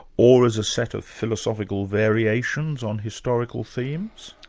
or as a set of philosophical variations on historical themes?